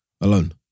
Alone